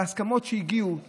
הסכמות שהגיעו